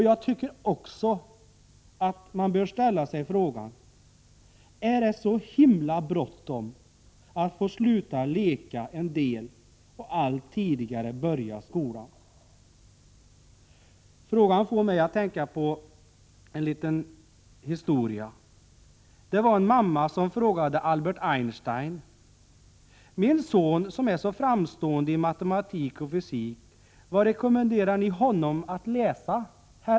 Jag tycker också att man bör ställa sig frågan: Är det så bråttom att få sluta leka och allt tidigare börja skolan? Frågan får mig att tänka på en liten historia. En mamma frågade Albert Einstein: Min son, som är så framstående i matematik och fysik, vad rekommenderar ni honom att läsa?